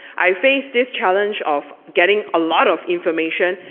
i face this challenge of getting a lot of information,